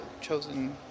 chosen